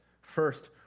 First